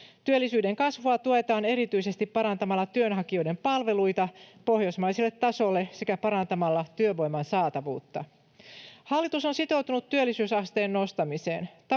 Työllisyyden kasvua tuetaan erityisesti parantamalla työnhakijoiden palveluita pohjoismaiselle tasolle sekä parantamalla työvoiman saatavuutta. Hallitus on sitoutunut työllisyysasteen nostamiseen.